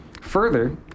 further